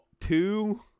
two